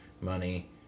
money